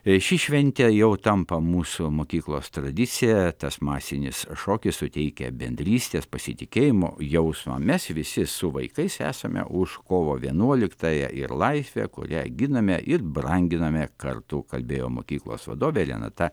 ši šventė jau tampa mūsų mokyklos tradicija tas masinis šokis suteikia bendrystės pasitikėjimo jausmą mes visi su vaikais esame už kovo vienuoliktąją ir laisvę kurią giname ir branginame kartu kalbėjo mokyklos vadovė renata